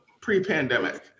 pre-pandemic